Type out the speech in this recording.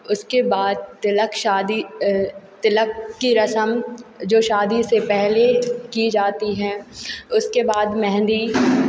उसके बाद तिलक शादी तिलक की रस्म जो शादी से पहले की जाती है उसके बाद मेहँदी